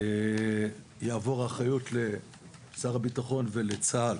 תעבור האחריות לשר הביטחון ולצה"ל,